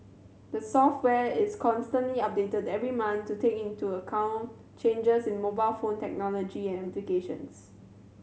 the software is constantly updated every month to take into account changes in mobile phone technology and applications